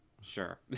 Sure